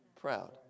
proud